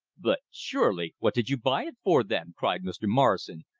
but surely what did you buy it for, then? cried mr. morrison,